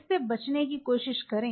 इससे बचने की कोशिश करें